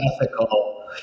ethical